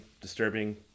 disturbing